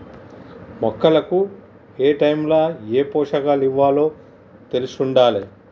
మొక్కలకు ఏటైముల ఏ పోషకాలివ్వాలో తెలిశుండాలే